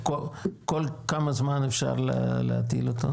כול כמה זמן אפשר להטיל אותו?